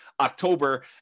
October